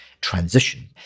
transition